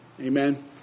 Amen